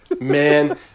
Man